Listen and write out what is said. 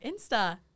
insta